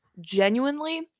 genuinely